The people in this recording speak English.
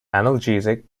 analgesic